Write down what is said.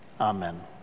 Amen